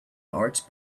arts